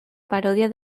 parodia